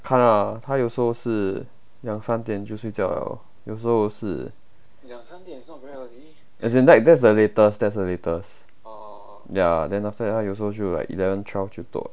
看啦她有时候是两三点就睡觉 liao 有时候是 as in that's that's the latest that's the latest ya then after that 她有时候 like eleven twelve 就 toh